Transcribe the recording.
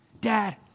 Dad